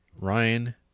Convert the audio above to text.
Ryan